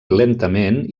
lentament